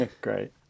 Great